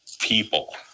people